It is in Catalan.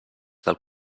del